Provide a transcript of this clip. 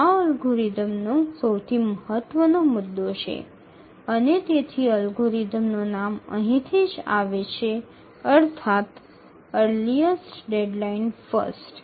આ અલ્ગોરિધમનો સૌથી મહત્વનો મુદ્દો છે અને તેથી અલ્ગોરિધમનો નામ અહીંથી જ આવે છે અર્થાત્ અર્લીઅસ્ટ ડેડલાઇન ફર્સ્ટ